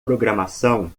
programação